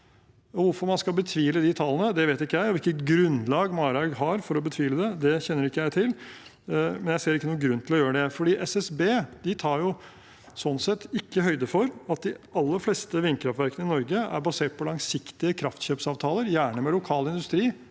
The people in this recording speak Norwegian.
Hvorfor man skal betvile de tallene, vet ikke jeg, og hvilket grunnlag Marhaug har for å betvile det, kjenner ikke jeg til, men jeg ser ikke noen grunn til å gjøre det. SSB tar slik sett ikke høyde for at de aller fleste vindkraftverkene i Norge er basert på langsiktige kraftkjøpsavtaler, gjerne med lokal industri,